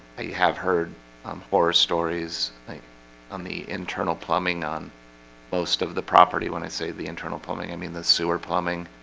i have heard um horror stories on the internal plumbing on most of the property when i say the internal plumbing. i mean the sewer plumbing